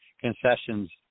concessions